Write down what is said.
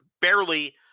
barely